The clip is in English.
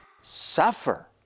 Suffer